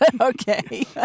Okay